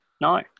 No